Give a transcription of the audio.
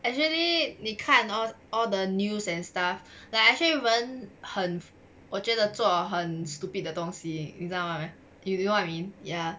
actually 你看 all all the news and stuff like actually 人很我觉得做很 stupid 的东西你知道 mah you you know what I mean ya